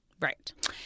Right